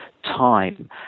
time